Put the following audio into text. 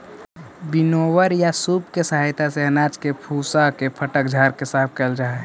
winnower या सूप के सहायता से अनाज के भूसा के फटक झाड़ के साफ कैल जा हई